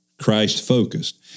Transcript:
Christ-focused